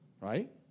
right